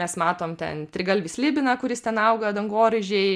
mes matom ten trigalvį slibiną kuris ten auga dangoraižiai